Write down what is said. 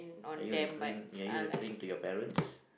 are you referring are you referring to your parents